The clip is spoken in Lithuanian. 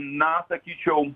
na sakyčiau